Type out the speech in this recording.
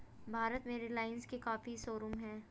भारत में रिलाइन्स के काफी शोरूम हैं